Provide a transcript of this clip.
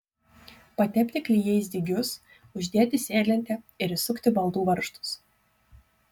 patepti klijais dygius uždėti sėdlentę ir įsukti baldų varžtus